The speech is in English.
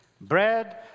Bread